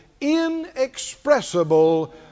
inexpressible